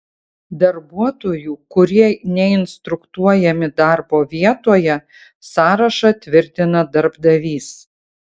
darbuotojų kurie neinstruktuojami darbo vietoje sąrašą tvirtina darbdavys